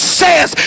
says